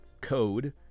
code